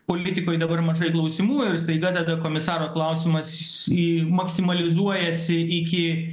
politikoj dabar mažai klausimų ir staiga tada komisaro klausimas į maksimalizuojasi iki